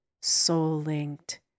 soul-linked